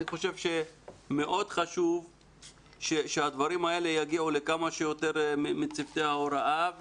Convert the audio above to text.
אני חושב שמאוד חשוב שהדברים האלה יגיעו לכמה שיותר מצוותי ההוראה.